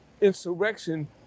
insurrection